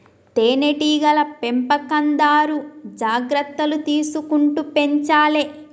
తేనె టీగల పెంపకందారు జాగ్రత్తలు తీసుకుంటూ పెంచాలే